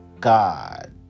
God